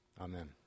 Amen